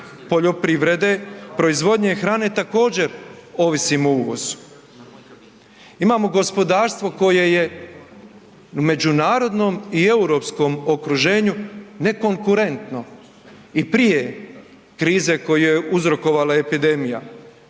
poljoprivrede, proizvodnje hrane također ovisimo o uvozu. Imamo gospodarstvo koje je u međunarodnom i europskom okruženju ne konkurentno i prije krize koju je uzrokovala epidemija,